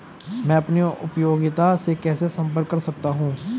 मैं अपनी उपयोगिता से कैसे संपर्क कर सकता हूँ?